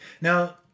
Now